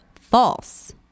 False